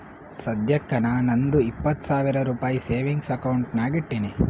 ಸದ್ಯಕ್ಕ ನಾ ನಂದು ಇಪ್ಪತ್ ಸಾವಿರ ರುಪಾಯಿ ಸೇವಿಂಗ್ಸ್ ಅಕೌಂಟ್ ನಾಗ್ ಇಟ್ಟೀನಿ